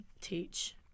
teach